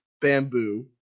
bamboo